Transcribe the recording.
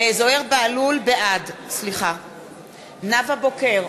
בהלול, בעד נאוה בוקר,